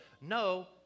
No